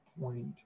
point